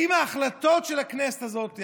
האם ההחלטות של הכנסת הזאת,